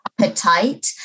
appetite